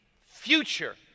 future